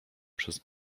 przez